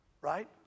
Right